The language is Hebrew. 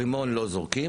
רימון לא זורקים,